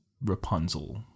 Rapunzel